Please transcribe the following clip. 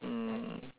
mm